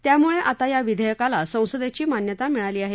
त्यामुळे आता या विधेयकाला संसदेची मान्यता मिळाली आहे